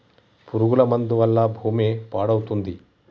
పురుగుల మందు వల్ల భూమి పాడవుతుంది